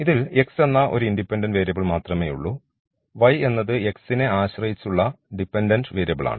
ഇതിൽ x എന്ന ഒരു ഇൻഡിപെൻഡൻറ് വേരിയബിൾ മാത്രമേയുള്ളൂ y എന്നത് x നെ ആശ്രയിച്ചുള്ള ഡിപെൻഡൻറ് വേരിയബിളാണ്